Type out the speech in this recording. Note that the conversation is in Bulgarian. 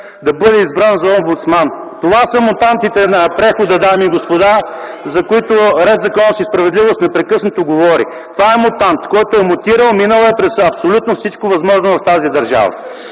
да бъде избран за омбудсман. Това са мутантите на прехода, дами и господа, за които „Ред, законност и справедливост” непрекъснато говори. Това е мутант, който е мутирал, минал е през абсолютно всичко възможно в тази държава.